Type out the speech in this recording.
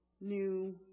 new